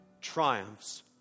triumphs